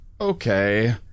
Okay